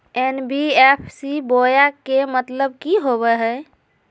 NBFC बोया के मतलब कि होवे हय?